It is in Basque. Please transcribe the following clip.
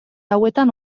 hauetan